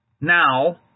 now